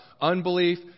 unbelief